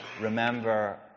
remember